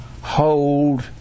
hold